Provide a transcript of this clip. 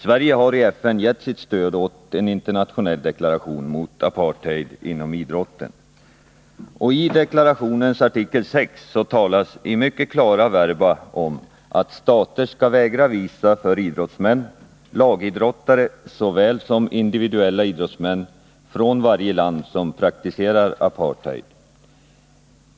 Sverige har i FN gett sitt stöd åt en internationell deklaration mot apartheid inom idrotten. I deklarationens artikel 6 talas i mycket klara verba om att stater skall vägra visum för idrottsmän — lagidrottsmän såväl som individuella idrottsmän — från varje land som praktiserar apartheid.